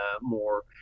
more